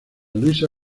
luisa